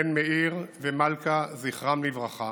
בן מאיר ומלכה, זכרם לברכה,